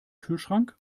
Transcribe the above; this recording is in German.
kühlschrank